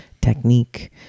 technique